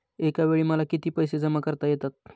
एकावेळी मला किती पैसे जमा करता येतात?